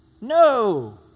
No